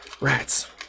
Rats